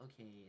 okay